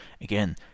again